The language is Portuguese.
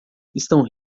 estão